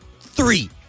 Three